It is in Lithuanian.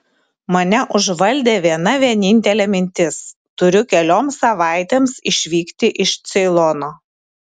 mane užvaldė viena vienintelė mintis turiu kelioms savaitėms išvykti iš ceilono